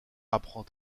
apprend